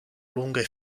lunghe